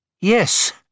Yes